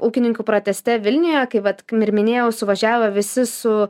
ūkininkų proteste vilniuje kai vat ir minėjau suvažiavo visi su